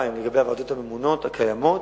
לגבי הוועדות הממונות, הקיימות,